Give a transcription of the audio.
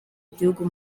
igihugu